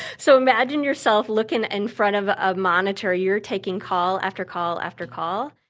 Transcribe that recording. so imagine yourself looking in front of a monitor, you're taking call, after call after call.